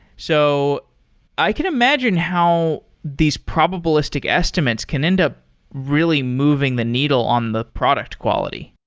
so i can imagine how these probabilistic estimates can end up really moving the needle on the product quality.